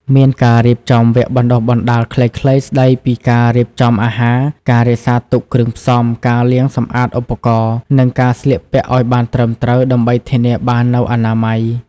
មានការរៀបចំវគ្គបណ្តុះបណ្តាលខ្លីៗស្តីពីការរៀបចំអាហារ ការរក្សាទុកគ្រឿងផ្សំ ការលាងសម្អាតឧបករណ៍ និងការស្លៀកពាក់ឱ្យបានត្រឹមត្រូវ ដើម្បីធានាបាននូវអនាម័យ ។